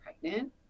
pregnant